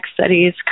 studies